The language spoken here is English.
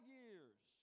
years